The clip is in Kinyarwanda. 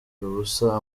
ubusa